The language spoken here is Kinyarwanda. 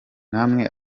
namwe